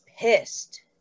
pissed